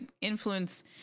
influence